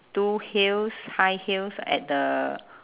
two heels high heels at the